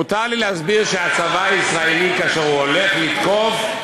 מותר לי להסביר שהצבא הישראלי, כשהוא הולך לתקוף,